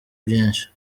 byinshi